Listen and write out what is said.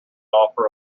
offer